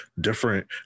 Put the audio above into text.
different